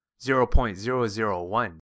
0.001